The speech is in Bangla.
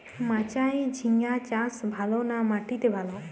মাচায় ঝিঙ্গা চাষ ভালো না মাটিতে ভালো?